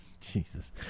Jesus